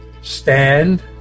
stand